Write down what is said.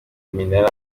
iminara